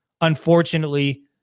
unfortunately